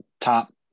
top